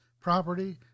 property